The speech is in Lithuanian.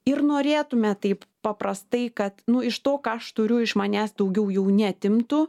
ir norėtume taip paprastai kad nu iš to ką aš turiu iš manęs daugiau jau neatimtų